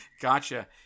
gotcha